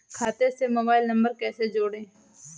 खाते से mobile number कैसे जोड़ें?